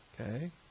Okay